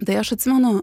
tai aš atsimenu